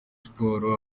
sports